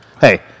Hey